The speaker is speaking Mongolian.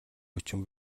хүчин